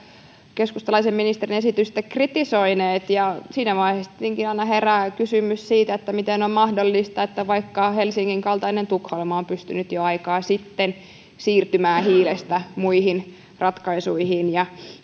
keskustalaisen ministerin esitystä kritisoineet ja siinä vaiheessa tietenkin aina herää kysymys siitä miten on mahdollista että vaikkapa helsingin kaltainen tukholma on pystynyt jo aikaa sitten siirtymään hiilestä muihin ratkaisuihin ja